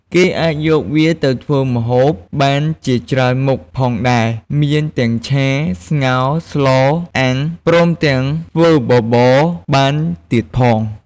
គេអាចយកវាទៅធ្វើម្ហូបបានជាច្រើនមុខផងដែរមានទាំងឆា ស្ងោរ ស្ល អាំង ព្រមទាំងធ្វើបបរបានទៀតផង។